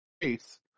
face